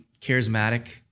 charismatic